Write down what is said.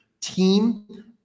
team